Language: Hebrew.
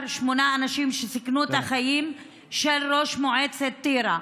שמונה אנשים שסיכנו את החיים של ראש מועצת טירה.